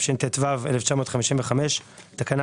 (תיקון),